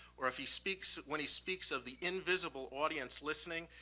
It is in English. or if he speaks when he speaks of the invisible audience listening,